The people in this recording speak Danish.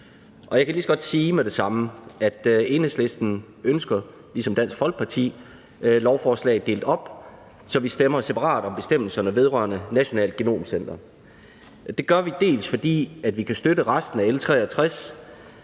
Jeg kan lige så godt sige med det samme, at Enhedslisten ligesom Dansk Folkeparti ønsker lovforslaget delt op, så vi stemmer separat om bestemmelserne vedrørende Nationalt Genom Center. Det gør vi, dels fordi vi kan støtte resten af L 63,